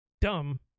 dumb